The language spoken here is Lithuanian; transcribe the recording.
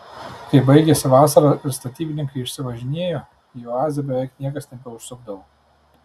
kai baigėsi vasara ir statybininkai išsivažinėjo į oazę beveik niekas nebeužsukdavo